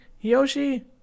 Yoshi